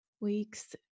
weeks